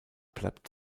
bleibt